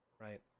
Right